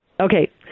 Okay